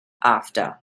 after